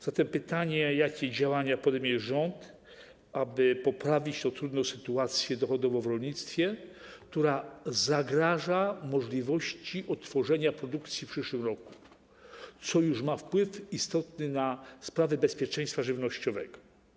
Zatem pytanie, jakie działania podejmie rząd, aby poprawić tę trudną sytuację dochodową w rolnictwie, która zagraża możliwości otworzenia produkcji w przyszłym roku, co już ma istotny wpływ na sprawy bezpieczeństwa żywnościowego.